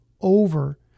over